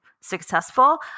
successful